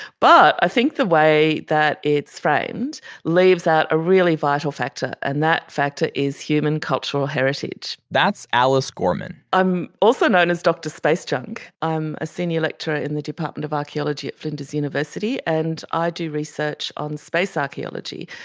but i think the way that it's framed leaves out a really vital factor and that factor is human cultural heritage that's alice gorman i'm also known as dr. space junk. i'm a senior lecturer in the department of archeology at flinders university and i do research on space archeology,